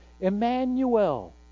Emmanuel